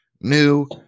new